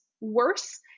worse